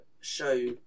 show